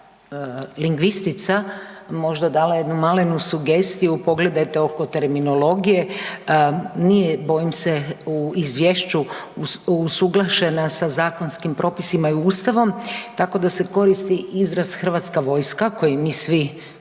bi kao lingvistica možda dala jednu malenu sugestiju pogledajte oko terminologije, nije bojim se u izvješću usuglašena sa zakonskim propisima i ustavu tako da se koristi izraz Hrvatska vojska koji mi svi